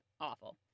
awful